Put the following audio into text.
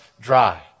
dry